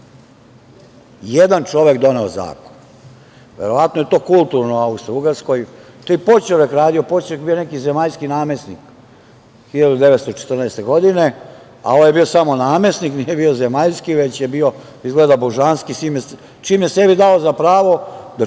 Jedan čovek doneo zakon. Verovatno je to kulturno u Austrougarskoj. To je poćurak radio, poćurak je bio neki zemaljski namesnik 1914. godine, a ovaj je bio samo namesnik, nije bio zemaljski, već je bio, izgleda božanski, čim je sebi dao za pravo da čak